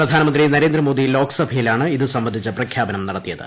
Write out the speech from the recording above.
പ്രധാനമന്ത്രി നരേന്ദ്രമോദി ലോക്സഭയിലാണ് ഇത് സംബന്ധിച്ച പ്രഖ്യാപനം നടത്തിയത്